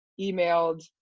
emailed